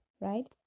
right